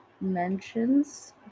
mentions